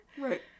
Right